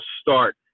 start